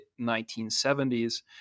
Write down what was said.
1970s